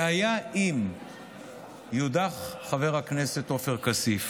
ואם יודח חבר הכנסת עופר כסיף